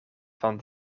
van